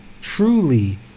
truly